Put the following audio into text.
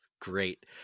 Great